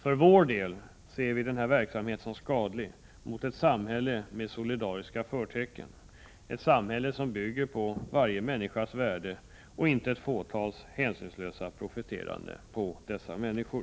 För vår del ser vi denna verksamhet som skadlig mot ett samhälle med solidariska förtecken, ett samhälle som bygger på varje människas värde och inte ett fåtals hänsynslösa profiterande på dessa människor.